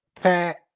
Pat